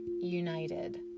united